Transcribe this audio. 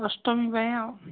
ଅଷ୍ଟମୀ ପାଇଁ ଆଉ